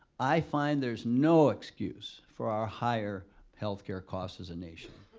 i find there's no excuse for our higher healthcare cost as a nation.